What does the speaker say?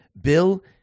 Bill